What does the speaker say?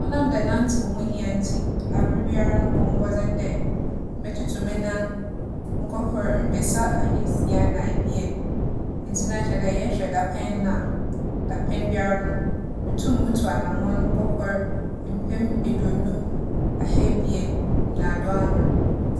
ͻnam dɛ nantsew ho hia ntsi aberbiara no mobͻ mbͻdzen dɛ metutu me nan nkorkor mpesa ahaesia na ebien. Ntsi na kyɛrɛ dɛ yɛhwɛ dapɛn no a, dapɛn biara no, mutum mutu anamͻn nkorkor mpem eduonum ahaebien na duanan.